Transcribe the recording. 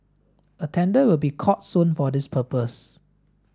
a tender will be called soon for this purpose